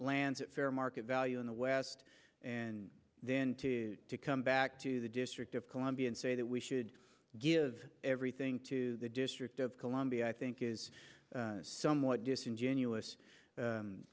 land to fair market value in the west and then to come back to the district of columbia and say that we should give everything to the district of columbia i think is somewhat disingenuous